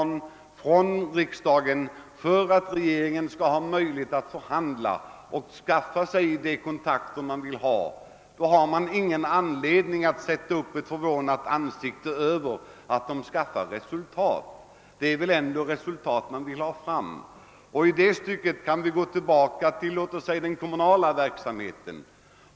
När riksdagen nu utsett ett organ som skall göra det möjligt för regeringen att förhandla och skaffa sig erforderliga kontakter, finns det ingen anledning att sätta upp en förvånat ansikte när man åstadkommer resultat. Det är väl ändå resultat vi vill ha fram. Vi kan i detta avseende göra en jämförelse med den kommunala verksamheten.